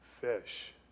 fish